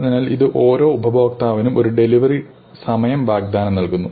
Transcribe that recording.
അതിനാൽ ഇത് ഓരോ ഉപഭോക്താവിനും ഒരു ഡെലിവറി സമയംവാഗ്ദാനം നൽകുന്നു